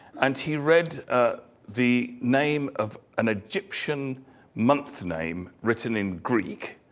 and he read ah the name of an egyptian month name written in greek.